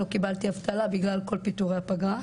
לא קיבלתי דמי אבטלה בגלל כל פיטורי הפגרה,